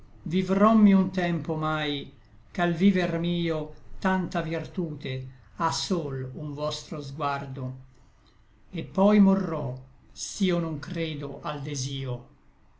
vivrommi un tempo omai ch'al viver mio tanta virtute à sol un vostro sguardo et poi morrò s'io non credo al desio